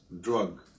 drug